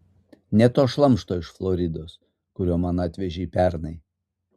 ne to šlamšto iš floridos kurio man atvežei pernai